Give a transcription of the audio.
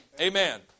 Amen